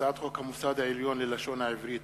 הצעת חוק המוסד העליון ללשון העברית